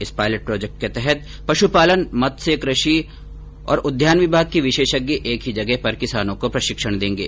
इस pilot project के तहत पश्पालन मत्स्य कृषि और उद्यान विभाग के विशेषज्ञ एक ही जगह पर किसानों को प्रशिक्षण देंगे